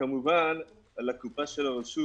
וכמובן על הקופה של הרשות,